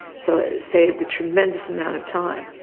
so it saved a tremendous amount of time.